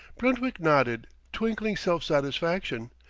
brentwick nodded, twinkling self-satisfaction.